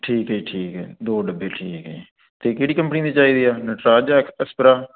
ਠੀਕ ਹੈ ਜੀ ਠੀਕ ਹੈ ਦੋ ਡੱਬੇ ਠੀਕ ਹੈ ਜੀ ਅਤੇ ਕਿਹੜੀ ਕੰਪਨੀ ਦੀ ਚਾਹੀਦੀ ਹੈ ਨਟਰਾਜ ਜਾਂ ਐਸਪਰਾ